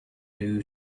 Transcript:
new